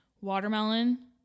watermelon